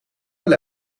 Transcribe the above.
mijn